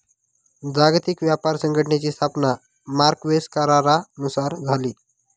जागतिक व्यापार संघटनेची स्थापना मार्क्वेस करारानुसार झाली